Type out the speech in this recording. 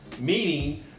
Meaning